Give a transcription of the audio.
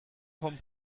vom